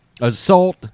assault